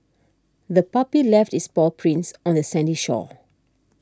the puppy left its paw prints on the sandy shore